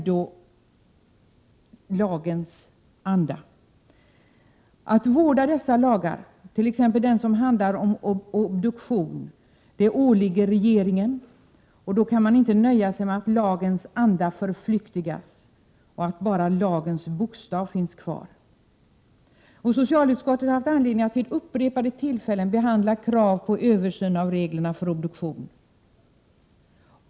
Det åligger regeringen att vårda dessa lagar, t.ex. den som handlar om obduktioner. Då kan man inte nöja sig med att lagens anda förflyktigas så att bara lagens bokstav finns kvar. Socialutskottet har haft anledning att vid upprepade tillfällen behandla krav på översyn av reglerna för obduktion.